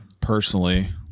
personally